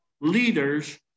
leaders